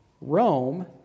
rome